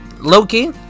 Loki